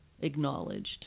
acknowledged